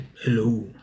Hello